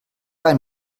einem